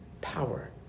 power